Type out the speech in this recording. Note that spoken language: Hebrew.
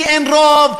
כי אין רוב,